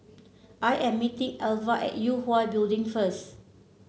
I am meeting Alva at Yue Hwa Building first